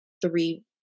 three